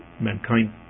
mankind